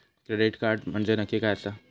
Credit card म्हंजे नक्की काय आसा?